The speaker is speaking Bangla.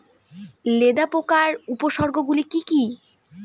লেদা পোকার উপসর্গগুলি কি কি?